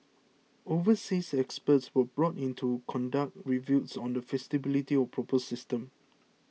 overseas experts were brought in to conduct reviews on the feasibility of the proposed system